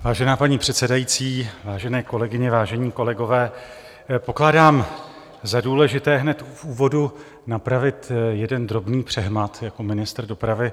Vážená paní předsedající, vážené kolegyně, vážení kolegové, pokládám za důležité hned v úvodu napravit jeden drobný přehmat jako ministr dopravy.